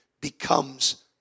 becomes